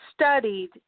studied